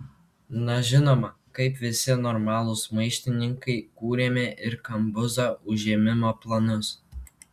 na žinoma kaip visi normalūs maištininkai kūrėme ir kambuzo užėmimo planus